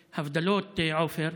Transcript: הבדלות, עופר,